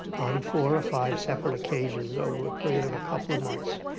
on four or five separate occasions over a period of a couple of months.